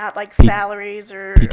um like salaries or